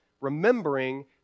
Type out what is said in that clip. remembering